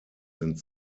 sind